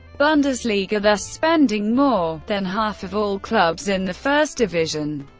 bundesliga, thus spending more than half of all clubs in the first division.